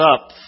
up